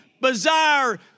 bizarre